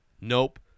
nope